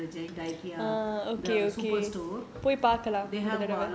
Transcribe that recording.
அந்த:antha